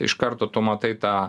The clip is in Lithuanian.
iš karto tu matai tą